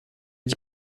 dis